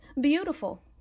beautiful